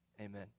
Amen